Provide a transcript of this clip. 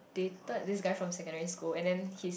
dated this guy from secondary school and then he's